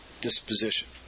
disposition